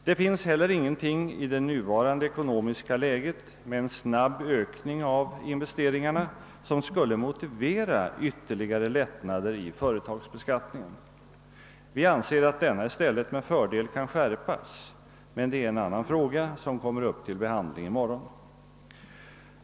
Det finns heller ingenting i det nuvarande ekonomiska läget, med en snabb ökning av investeringarna, som skulle motivera ytterligare lättnader i företagsbeskattningen. Vi anser att denna i stället med fördel kan skärpas, men det är en annan fråga som kommer upp till behandling i morgon.